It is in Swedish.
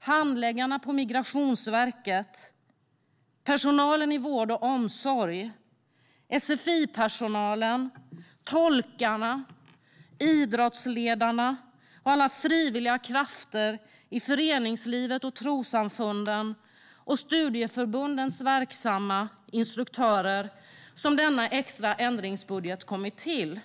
handläggarna på Migrationsverket, personalen i vård och omsorg, sfi-personalen, tolkarna, idrottsledarna, alla frivilliga krafter i föreningslivet och trossamfunden och studieförbundens verksamma instruktörer som denna extra ändringsbudget har kommit till.